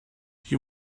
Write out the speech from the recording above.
you